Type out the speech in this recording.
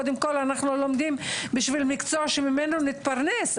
קודם כול אנחנו לומדים בשביל מקצוע שממנו נתפרנס,